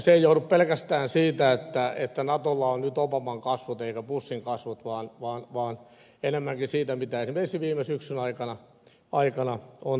se ei johdu pelkästään siitä että natolla on nyt obaman kasvot eikä bushin kasvot vaan enemmänkin siitä mitä esimerkiksi viime syksyn aikana on tapahtunut